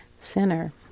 center